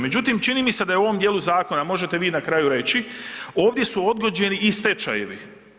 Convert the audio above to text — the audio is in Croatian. Međutim, čini mi se da je u ovom dijelu zakona, možete vi na kraju reći, ovdje su odgođeni i stečajevi.